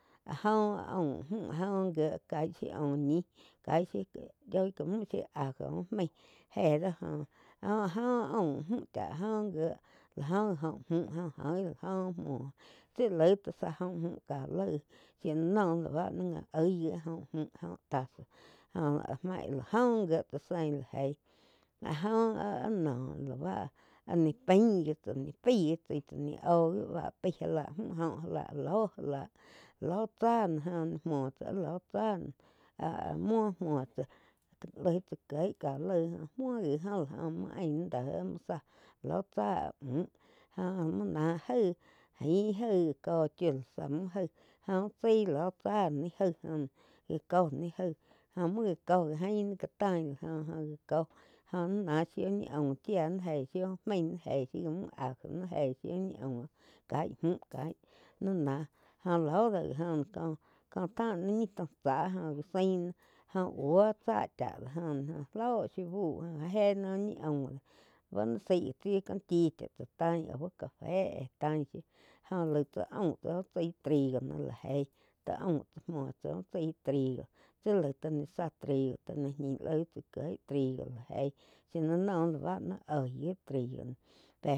Áh jóh aum mjo óh gíe kaí shiu aum ñi cáig yói ká mü shiu ajo úh mái jéh dóh jóh có áh jóh aum mjú cháh áh jóh gíe láh óh gí oh mü joi lá joh muo tsi laíg tá záh joh müh ká laíg shíu lá noh lá báh já óig gí jóh muh óh tasa jóh maig la jóh gíe tsá sein la jeig áh joh áh noh láh báh áh ni paín gi tsá ni paig gi tsáo tsáh níh óh gi bá pái já la mju óh já lá loh. Lóh tsá noh jóh múoo tsá áh ló tsá noh áh-áh muo muo tsá laig tsá kieg já laig muo gi óh muo ain náh déh muo záh lóh tsá áh muh jo-jo múo ná jaig ain jaig já kó chiu lá zá mu jaig jóh úh cháig lóh tsáh ni jaig óh náh gá cóh ni jaig jóh múo gá kó já jain náh ka tain jóh jáh kó óh naí náh shiu úh ñi aum chía nai eig shíu úh main naih éig shiu já muh ajo jéi shíu úh ni aum caíh muh caih ní náh jóh lóh dó gi óh náh co-co tain náh ñih taum tsá jóh já zain náh jó búo tsá chá dó jo-jo lóh shiu bú jé náh úh ñi aum bá naig zái gi chiu kóh chí cha tain au café tain shiu jo laig tsá aun tsá úh chaig trigo go no lá jeíh tá aum tsá muoh tsá úh chaig ti tsi laig tá ni záh trigo ti nih ñi laih tsá kieg trigo lá jéig zí lá no naig oig gi trigo.